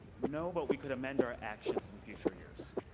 no, but we could amend our actions in future years.